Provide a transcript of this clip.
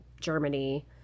Germany –